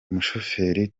umushoferi